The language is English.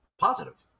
positive